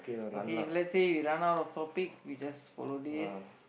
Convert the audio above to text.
okay if let's say we run out of topic we just follow this